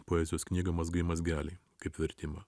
poezijos knygą mazgai mazgeliai kaip vertimą